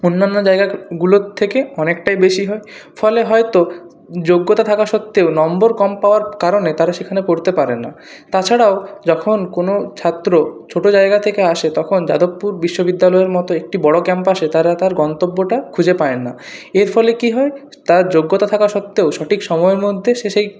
অন্যান্য জায়গাগুলোর থেকে অনেকটাই বেশি হয় ফলে হয়তো যোগ্যতা থাকা সত্ত্বেও নম্বর কম পাওয়ার কারণে তারা সেখানে পড়তে পারে না তাছাড়াও যখন কোনো ছাত্র ছোটো জায়গা থেকে আসে তখন যাদবপুর বিশ্ববিদ্যালয়ের মতো একটি বড় ক্যাম্পাসে তারা তার গন্তব্যটা খুঁজে পায় না এর ফলে কি হয় তার যোগ্যতা থাকা সত্ত্বেও সঠিক সময়ের মধ্যে সে সেই